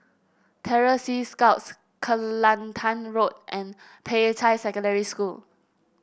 Terror Sea Scouts Kelantan Road and Peicai Secondary School